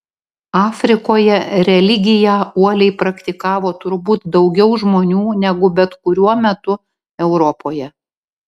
afrikoje religiją uoliai praktikavo turbūt daugiau žmonių negu bet kuriuo metu europoje